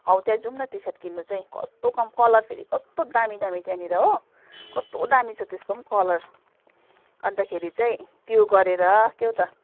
हौ त्यहाँ जाउँ न टी सर्ट किन्नु चाहिँ कस्तो कलर फेरि कस्तो दामी दामी त्यहाँनिर हो कस्तो दामी छ त्यसको पनि कलर अन्तखेरि चाहिँ त्यो गरेर क्याउ त